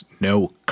no